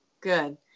good